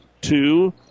two